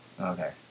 Okay